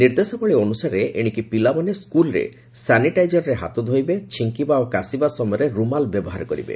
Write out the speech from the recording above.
ନିର୍ଦ୍ଦେଶାବଳୀ ଅନୁସାରେ ଏଶିକି ପିଲାମାନେ ସ୍କୁଲ୍ରେ ସାନିଟାଇଜର୍ରେ ହାତ ଧୋଇବେ ଛିଙ୍କିବା ଓ କାଶିବା ସମୟରେ ରୁମାଲ୍ ବ୍ୟବହାର କରିବେ